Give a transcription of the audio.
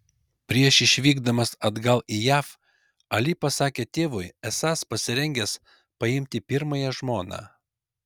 prieš išvykdamas atgal į jav ali pasakė tėvui esąs pasirengęs paimti pirmąją žmoną